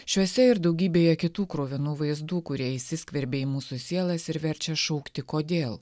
šiuose ir daugybėje kitų kruvinų vaizdų kurie įsiskverbė į mūsų sielas ir verčia šaukti kodėl